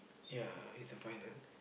yeah it's the final